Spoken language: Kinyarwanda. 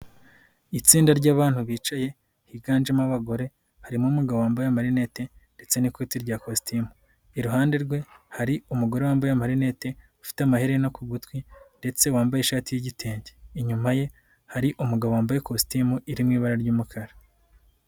Itsinda ry'abantu bicaye higanjemo abagore harimo umugabo wambaye amarinete ndetse n'ikote rya kositimu, iruhande rwe hari umugore wambaye amarinete, ufite amaherena ku gutwi ndetse wambaye ishati y'igitenge, inyuma ye hari umugabo wambaye ikositimu iri mu ibara ry'umukara.